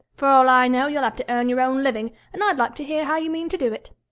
for all i know, you'll have to earn your own living, and i'd like to hear how you mean to do it.